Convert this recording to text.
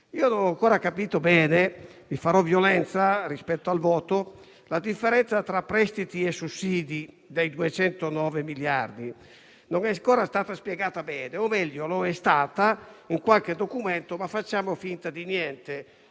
Non ho ancora capito bene - e mi farò violenza per il voto - la differenza tra prestiti e sussidi dei 209 miliardi. Non è ancora stata spiegata bene, o meglio lo è stata in qualche documento, ma facciamo finta di niente: